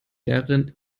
lehrerin